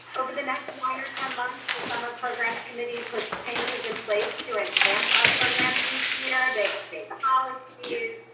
over the next one year, ten months with summer programs, committee puts changes in place to enhance our programs each cheater, and the policies,